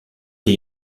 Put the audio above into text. des